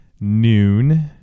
noon